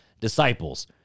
disciples